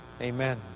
Amen